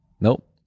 Nope